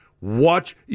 Watch